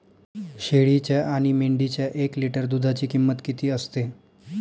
शेळीच्या आणि मेंढीच्या एक लिटर दूधाची किंमत किती असते?